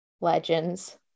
Legends